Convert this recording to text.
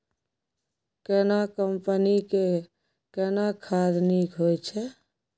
केना कंपनी के केना खाद नीक होय छै?